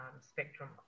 spectrum